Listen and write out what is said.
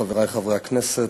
חברי חברי הכנסת,